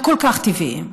הכל-כך טבעיים,